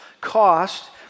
cost